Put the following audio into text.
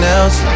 else